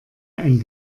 ein